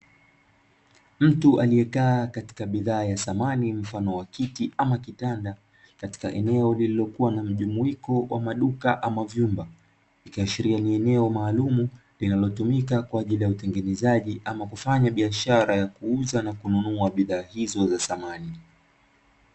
Mtu aliyekaa katika bidhaa ya samni mfano wa kiti ama kitanda, katika eneo lililokua na mjumuiko wa maduka ama vyumba, ikiashiria ni eneo maalumu linalotumika kwa ajili ya utengenezaji, ama kufanya biashara ya kuuza na kunua bidhaa hizo za samani.